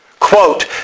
Quote